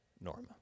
Norma